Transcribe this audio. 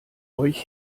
euch